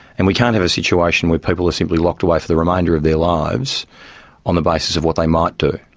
and we can't have a situation where people are simply locked away for the remainder of their lives on the basis of what they might do.